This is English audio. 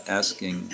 asking